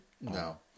No